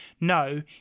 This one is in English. no